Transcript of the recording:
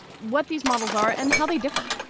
what these models are and how they differ